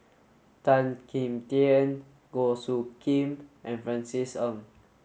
Tan Kim Tian Goh Soo Khim and Francis Ng